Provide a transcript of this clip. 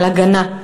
על הגנה.